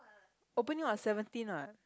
opening on seventeen what